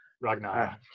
Ragnar